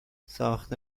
ساخت